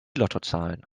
lottozahlen